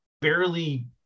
barely